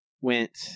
went